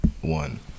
one